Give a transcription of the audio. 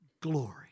glory